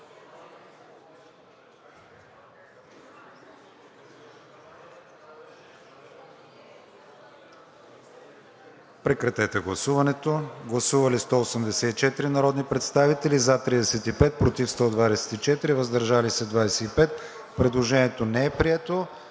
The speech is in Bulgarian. иска прегласуване. Гласували 188 народни представители: за 40, против 123, въздържали се 25. Предложението не е прието.